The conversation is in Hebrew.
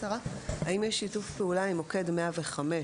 האם יש שיתוף פעולה עם מוקד 105,